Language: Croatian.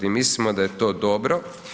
I mislimo da je to dobro.